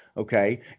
Okay